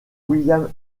william